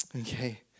Okay